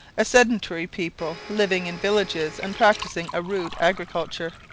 a sedentary people living in villages and practising a rude agriculture.